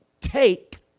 take